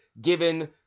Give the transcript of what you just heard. given